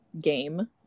game